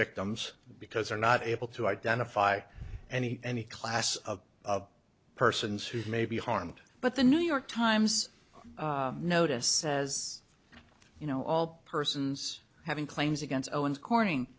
victims because they're not able to identify any any class of persons who may be harmed but the new york times notice says you know all persons having claims against owens corning